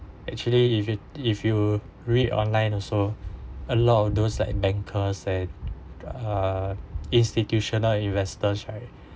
actually if you if you read online also a lot of those like banker said uh institutional investors right